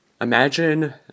Imagine